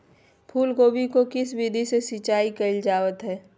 फूलगोभी को किस विधि से सिंचाई कईल जावत हैं?